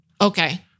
Okay